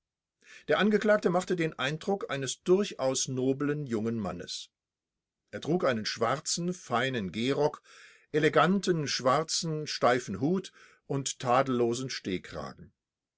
der angeklagte machte den eindruck eines durchaus noblen jungen mannes er trug einen schwarzen feinen gehrock eleganten schwarzen steifen hut und tadellosen stehkragen